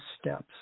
steps